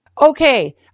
Okay